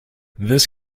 this